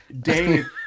Dave